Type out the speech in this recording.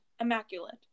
immaculate